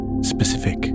specific